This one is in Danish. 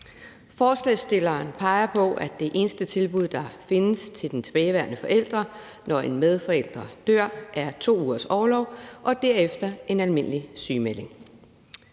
Forslagsstillerne peger på, at det eneste tilbud, der findes til den tilbageværende forælder, når en medforælder dør, er 2 ugers orlov og derefter en almindelig sygemelding.